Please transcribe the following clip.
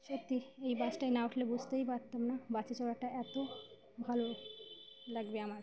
সত্যি এই বাসটায় না উঠলে বুঝতেই পারতাম না বাসে চড়াটা এত ভালো লাগবে আমার